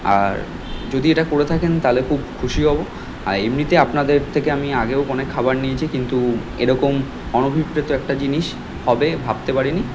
আর যদি এটা করে থাকেন তাহলে খুব খুশি হব আর এমনিতে আপনাদের থেকে আমি আগেও অনেক খাবার নিয়েছি কিন্তু এরকম অনভিপ্রেত একটা জিনিস হবে ভাবতে পারিনি